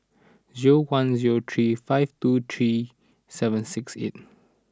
zero one zero three five two three seven six eight